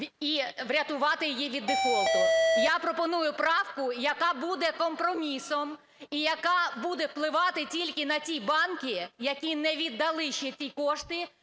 і врятувати її від дефолту. Я пропоную правку, яка буде компромісом і яка буде впливати тільки на ті банки, які не віддали ще ті кошти,